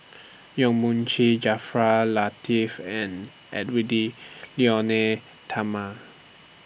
Yong Mun Chee Jaafar Latiff and Edwy Lyonet Talma